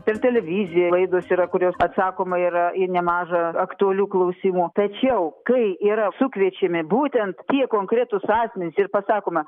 per televiziją laidos yra kurios atsakoma yra į nemažą aktualių klausimų tačiau kai yra sukviečiami būtent tie konkretūs asmenys ir pasakoma